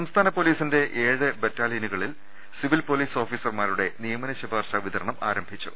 സംസ്ഥാന പൊലീസിന്റെ ഏഴ് ബറ്റാലിയനുകളിൽ സിവിൽ പൊലീസ് ഓഫീസർമാരുടെ നിയമനശുപാർശാ വിതരണം ആരംഭി ച്ചു